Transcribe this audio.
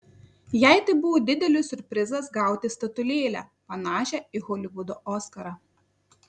jai tai buvo didelis siurprizas gauti statulėlę panašią į holivudo oskarą